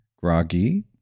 groggy